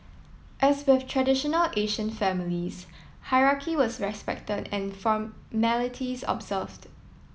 as with traditional Asian families hierarchy was respected and formalities observed